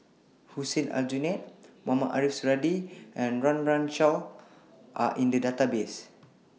Hussein Aljunied Mohamed Ariff Suradi and Run Run Shaw Are in The Database